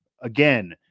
again